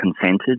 consented